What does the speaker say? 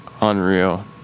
unreal